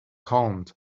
calmed